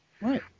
Right